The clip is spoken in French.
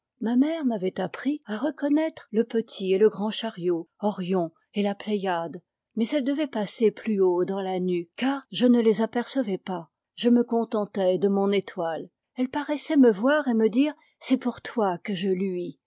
ma mère m'avait appris à reconnaître le petit et le grand chariot orion et la pléiade mais elles devaient passer plus haut dans la nue car je ne les apercevais pas je me contentais de mon étoile elle paraissait me voir et me dire c'est pour toi que je luis